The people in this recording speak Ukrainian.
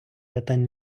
питань